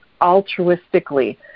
altruistically